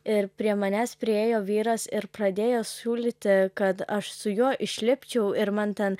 ir prie manęs priėjo vyras ir pradėjo siūlyti kad aš su juo išlipčiau ir man ten